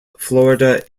florida